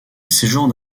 séjourne